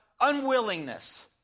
unwillingness